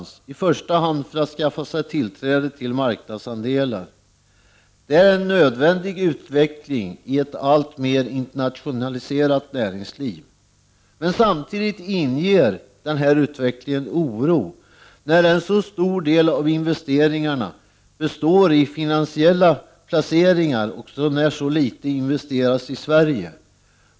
Detta har skett i första hand därför att företagen har velat skaffa sig tillträde till marknadsandelar. Detta är en nödvändig utveckling i ett alltmer internationaliserat näringsliv. Men utvecklingen inger samtidigt oro, eftersom en så stor del av investeringarna består i finansiella placeringar och så litet investeras i Sverige.